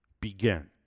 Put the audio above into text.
begin